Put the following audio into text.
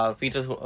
features